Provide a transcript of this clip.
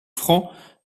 francs